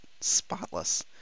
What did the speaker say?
spotless